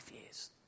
years